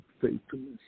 faithfulness